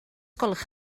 gwelwch